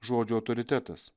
žodžio autoritetas